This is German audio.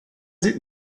sieht